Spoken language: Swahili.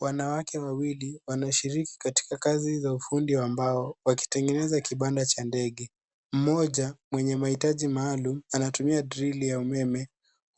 Wanawake wawili wanashiriki katika kazi za ufundi wa mbao wakitengeneza kibanda cha ndege. Mmoja mwenye mahitaji maalum anatumia drili ya umeme